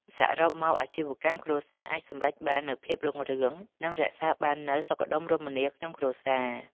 សរុបមក អាជីវកម្មគ្រួសារអាចសម្រេចបាននូវភាពរុងរឿង និងរក្សាបាននូវសុខដុមរមនាក្នុងគ្រួសារ។